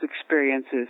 experiences